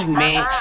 man